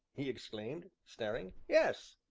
he exclaimed, staring. yes,